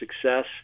success